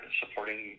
supporting